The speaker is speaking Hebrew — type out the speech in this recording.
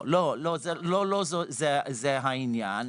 לא זה העניין.